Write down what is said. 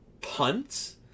punt